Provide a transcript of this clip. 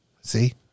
See